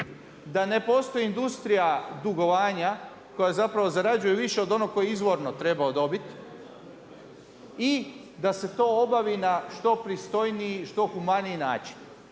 da ne postoji industrija dugovanja koja zarađuje više od onoga koji je izvorno trebao dobiti i da se to obavi na što pristojniji, što humaniji način.